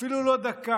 "אפילו לא דקה".